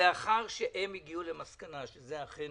לאחר שהם הגיעו למסקנה שזה אכן